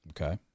Okay